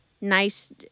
Nice